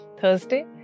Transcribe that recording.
Thursday